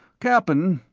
cap'n,